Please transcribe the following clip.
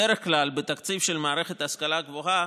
בדרך כלל, בתקציב של המערכת להשכלה הגבוהה